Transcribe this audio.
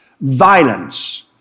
Violence